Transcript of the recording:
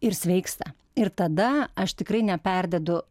ir sveiksta ir tada aš tikrai neperdedu